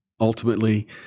ultimately